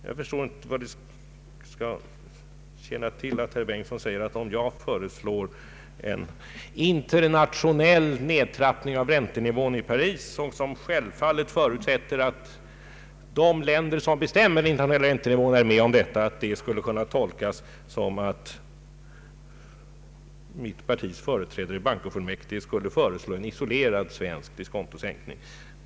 Jag förstår sedan inte vad det kan tjäna till att som herr Bengtson här säga, att om jag i Paris skulle föreslå en internationell nedtrappning av räntenivån, varvid självfallet de länder som bestämmer de internationella räntenivåerna måste vara med, så skulle detta kunna tolkas som om mitt partis företrädare i bankofullmäktige skulle föreslå en isolerad svensk diskontosänkning.